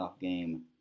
game